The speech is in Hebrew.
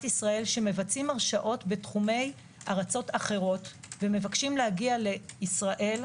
ישראל שמבצעים הרשעות בתחומי ארצות אחרות ומבקשים להגיע לישראל,